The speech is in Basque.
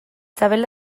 sabela